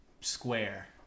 square